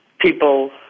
People